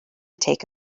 take